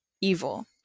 Evil